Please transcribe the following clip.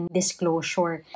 disclosure